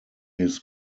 his